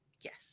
yes